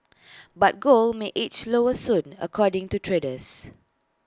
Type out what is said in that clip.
but gold may edge lower soon according to traders